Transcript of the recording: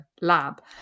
lab